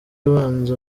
abanza